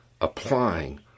applying